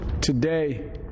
Today